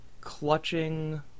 clutching